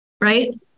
right